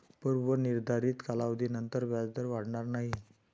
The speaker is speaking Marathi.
पूर्व निर्धारित कालावधीनंतर व्याजदर वाढणार नाही